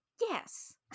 Yes